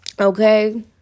Okay